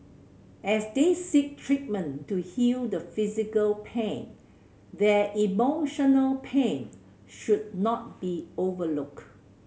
as they seek treatment to heal the physical pain their emotional pain should not be overlooked